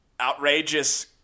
outrageous